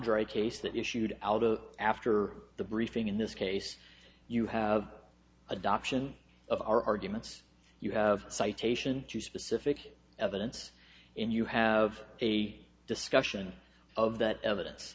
outdrive case that issued out of after the briefing in this case you have adoption of our arguments you have citation to specific evidence and you have a discussion of that evidence